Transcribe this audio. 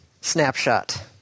Snapshot